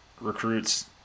recruits